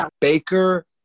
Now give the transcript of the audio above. Baker